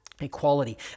equality